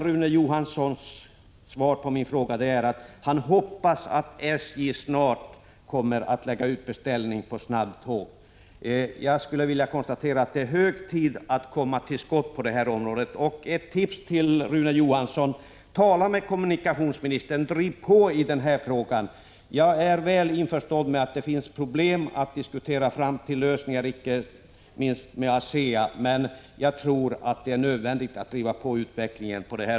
Rune Johanssons svar på min fråga är att han hoppas att SJ snart kommer att lägga ut en beställning på snabbtåg. Det är hög tid att man kommer till skott på detta område. Jag kan ge ett tips till Rune Johansson: Tala med kommunikationsministern, och driv på i denna fråga! Jag är väl införstådd med att det finns problem när det gäller att diskutera sig fram till lösningar, inte minst med ASEA, men jag tror att det är nödvändigt att vi driver på utvecklingen.